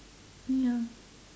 ya